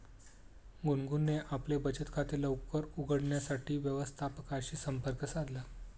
गुनगुनने आपले बचत खाते लवकर उघडण्यासाठी व्यवस्थापकाशी संपर्क साधला